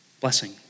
Blessing